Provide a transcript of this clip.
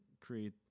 create